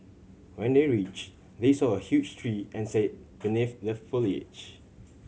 when they reached they saw a huge tree and sat beneath the foliage